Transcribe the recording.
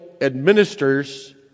administers